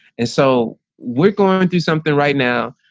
and so we're going and through something right now,